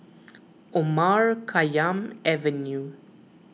Omar Khayyam Avenue